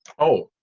oh.